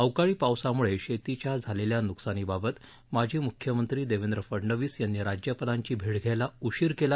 अवकाळी पावसाम्ळे शेतीच्या झालेल्या न्कसानीबाबत माजी मुख्यमंत्री देवेन्द्र फडनवीस यांनी राज्यापालांची भेट घ्यायला उशीर केला